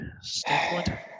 standpoint